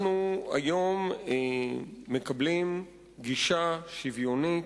אנחנו היום מקבלים גישה שוויונית.